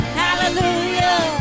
hallelujah